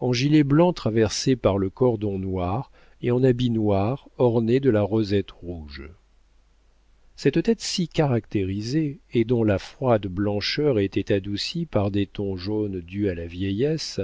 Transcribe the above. en gilet blanc traversé par le cordon noir et en habit noir orné de la rosette rouge cette tête si caractérisée et dont la froide blancheur était adoucie par des tons jaunes dus à la vieillesse